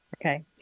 Okay